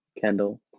Kendall